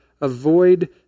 avoid